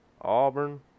Auburn